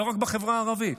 לא רק בחברה הערבית.